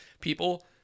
people